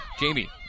Jamie